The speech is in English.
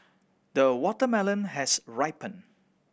the watermelon has ripened